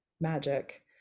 magic